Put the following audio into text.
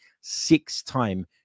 six-time